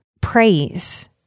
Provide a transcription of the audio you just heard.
praise